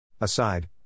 Aside